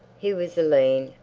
he was a lean,